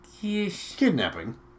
Kidnapping